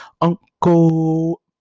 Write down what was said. uncle